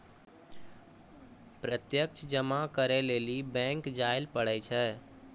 प्रत्यक्ष जमा करै लेली बैंक जायल पड़ै छै